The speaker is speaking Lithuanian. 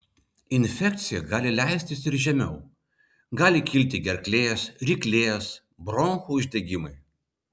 infekcija gali leistis ir žemiau gali kilti gerklės ryklės bronchų uždegimai